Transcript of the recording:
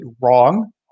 wrong